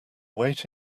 weight